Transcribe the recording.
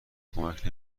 کمک